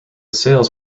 sales